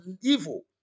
evil